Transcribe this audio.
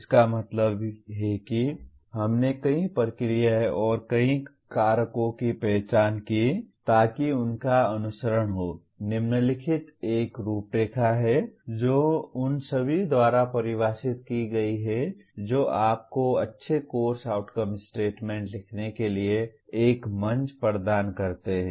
इसका मतलब है कि हमने कई प्रक्रियाएं और कई कारकों की पहचान की ताकि उनका अनुसरण हो निम्नलिखित एक रूपरेखा है जो उन सभी द्वारा परिभाषित की गई है जो आपको अच्छे कोर्स आउटकम स्टेटमेंट लिखने के लिए एक मंच प्रदान करते हैं